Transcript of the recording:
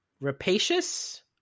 rapacious